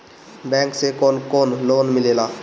Bank से कौन कौन लोन मिलेला?